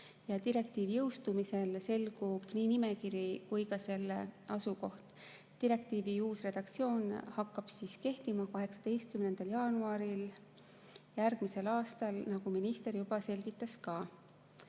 Direktiivi jõustumisel selgub nii nimekiri kui ka selle asukoht. Direktiivi uus redaktsioon hakkab kehtima 18. jaanuaril järgmisel aastal, nagu minister juba selgitas. Istungil